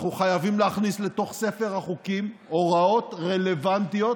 אנחנו חייבים להכניס לתוך ספר החוקים הוראות רלוונטיות